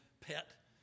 pet